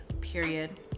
period